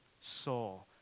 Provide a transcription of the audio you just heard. soul